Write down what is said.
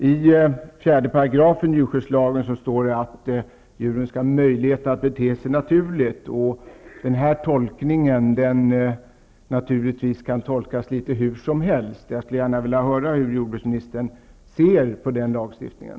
I 4 § djurskyddslagen står det att djuren skall ha möjlighet att bete sig naturligt. En sådan paragraf kan naturligtvis tolkas litet hur som helst. Jag skulle gärna vilja veta hur jordbruksministern ser på den lagen.